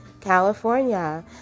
California